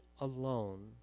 alone